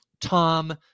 Tom